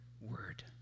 word